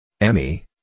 Emmy